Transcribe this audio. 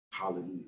Hallelujah